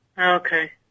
okay